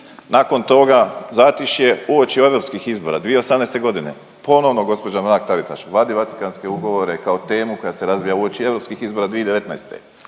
Nakon toga zatišje uoči europskih izbora 2018.g.. Ponovno gđa. Mrak-Taritaš vadi Vatikanske ugovore kao temu koja se razvija uoči europskih izbora 2019..